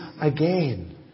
again